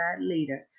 leader